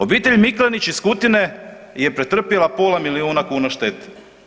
Obitelj Miklenić iz Kutine je pretrpjela pola milijuna kn štete.